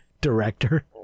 director